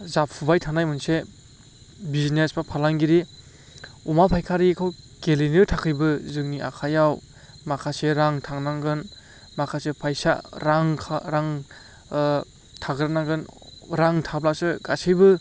जाफुबाय थानाय मोनसे बिजिनेस एबा फालांगिरि अमा फायखारिखौ गेलेनो थाखायबो जोंनि आखाइआव माखासे रां थांनांगोन माखासे फायसा रां रां थाग्रोनांगोन रां थाब्लासो गासैबो